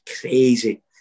crazy